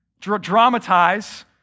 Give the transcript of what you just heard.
dramatize